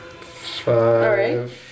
Five